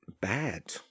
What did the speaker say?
bad